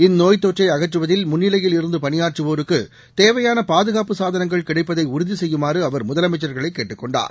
இந்நோய்த் தொற்றை அகற்றுவதில் முன்னிலையில் இருந்து பணியாற்றுவோருக்கு தேவையான பாதுகாப்பு சாதனங்கள் கிடைப்பதை உறுதி செய்யுமாறு அவர் முதலமைச்ச்களை கேட்டுக் கொண்டார்